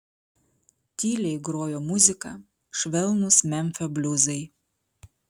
tyliai grojo muzika švelnūs memfio bliuzai